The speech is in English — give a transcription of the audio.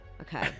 Okay